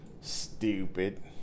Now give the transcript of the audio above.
Stupid